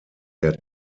der